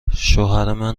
شوهرمن